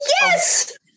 Yes